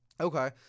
Okay